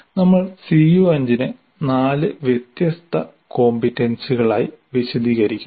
നമ്മൾ CO5 നെ നാല് വ്യത്യസ്ത കോംപറ്റൻസികളായി വിശദീകരിക്കുന്നു